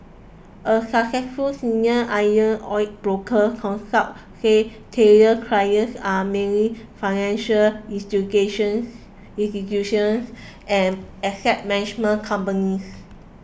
a successful senior iron ore broker counsel said Taylor's clients are mainly financial instigations institutions and asset management companies